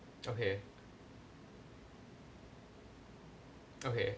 okay okay